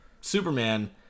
Superman